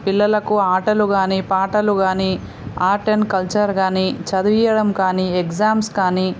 పిల్లలకు ఆటలు కానీ పాటలు కానీ ఆర్ట్ అండ్ కల్చర్ కానీ చదివించడం కానీ ఎగ్జామ్స్ కానీ